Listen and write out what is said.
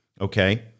Okay